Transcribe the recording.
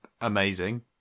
amazing